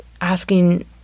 asking